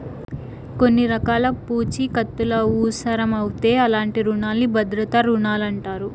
కొన్ని రకాల పూఛీకత్తులవుసరమవుతే అలాంటి రునాల్ని భద్రతా రుణాలంటారు